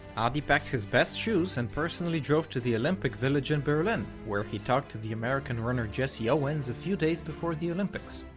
adi packed his best shoes and personally drove to the olympic village in berlin, where he talked to the american runner jesse owens a few days before the olympics.